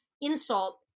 insult